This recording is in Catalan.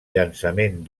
llançament